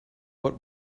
what